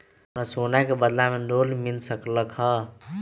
हमरा सोना के बदला में लोन मिल सकलक ह?